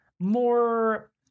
more